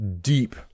deep